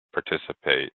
participate